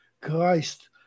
Christ